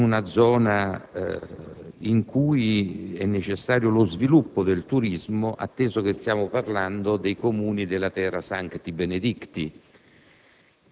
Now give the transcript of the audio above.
in una zona in cui è necessario lo sviluppo del turismo, atteso che stiamo parlando dei Comuni della «*terra Sancti Benedicti»*.